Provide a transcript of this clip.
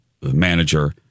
manager